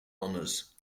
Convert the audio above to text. honours